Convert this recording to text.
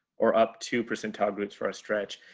or up two percentile groups for a stretch.